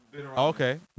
Okay